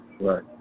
Right